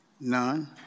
None